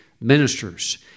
ministers